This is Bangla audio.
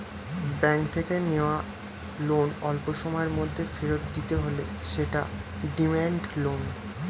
ব্যাঙ্ক থেকে নেওয়া লোন অল্পসময়ের মধ্যে ফেরত দিতে হলে সেটা ডিমান্ড লোন